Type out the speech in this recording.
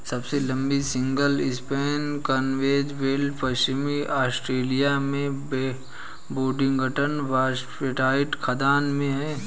सबसे लंबी single span conveyor belt पश्चिमी ऑस्ट्रेलिया में बोडिंगटन बॉक्साइट खदान में है